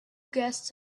guests